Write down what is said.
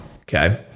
Okay